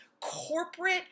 corporate